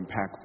impactful